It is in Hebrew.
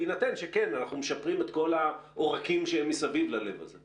בהינתן שאנחנו משפרים את כל העורקים שמסביב ללב הזה?